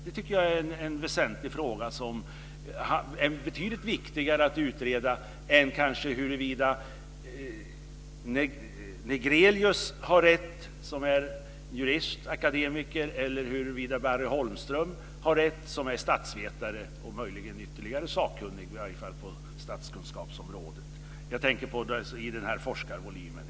Det är en väsentlig fråga som är betydligt viktigare att utreda än huruvida Negrelius, som är jurist och akademiker, har rätt eller huruvida Barry Holmström, som är statsvetare och ytterligare sakkunnig, har rätt - jag tänker då på det som står i forskarvolymen.